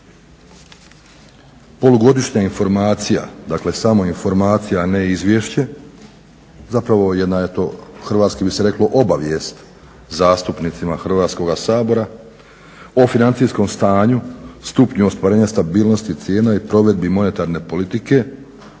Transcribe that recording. Polugodišnja informacija dakle samo informacija, a ne izvješće, zapravo jedna je to hrvatski bi se reklo obavijest zastupnicima Hrvatskoga sabora o financijskom stanju, stupnju ostvarenja stabilnosti cijena i provedbi monetarne politike